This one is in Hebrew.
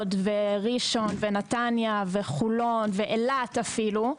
וראשון ונתניה וחולון ואפילו אילת,